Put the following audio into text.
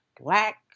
black